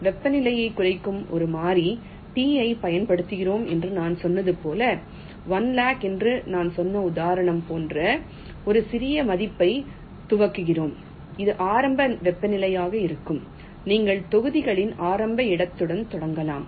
வெப்பநிலையைக் குறிக்கும் ஒரு மாறி T ஐப் பயன்படுத்துகிறோம் என்று நான் சொன்னது போல் 100000 என்று நான் சொன்ன உதாரணம் போன்ற சில பெரிய மதிப்பைத் துவக்குகிறோம் அது ஆரம்ப வெப்பநிலையாக இருக்கும் நீங்கள் தொகுதிகளின் ஆரம்ப இடத்துடன் தொடங்கலாம்